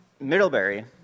Middlebury